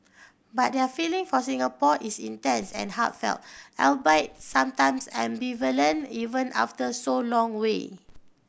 but their feeling for Singapore is intense and heartfelt albeit sometimes ambivalent even after so long way